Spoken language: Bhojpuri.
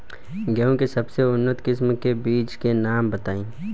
गेहूं के सबसे उन्नत किस्म के बिज के नाम बताई?